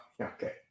okay